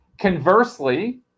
Conversely